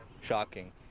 shocking